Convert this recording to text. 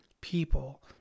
people